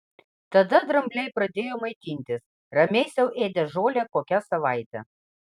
tada drambliai pradėjo maitintis ramiai sau ėdė žolę kokią savaitę